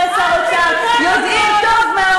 שר אוצר אחרי שר אוצר אחרי שר אוצר יודעים טוב מאוד